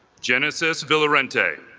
genesis villa rentae